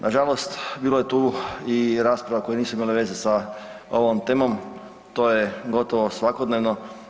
Nažalost bilo je tu i rasprava koje nisu imale veze sa ovom temom, to je gotovo svakodnevno.